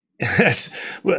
Yes